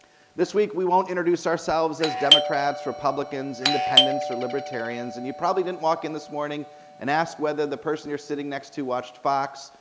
this week, we won't introduce ourselves as democrats, republicans, independents, or libertarians, and you probably didn't walk in this morning and asked whether the person you're sitting next to watched fox,